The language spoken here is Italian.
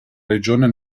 regione